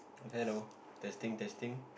hello testing testing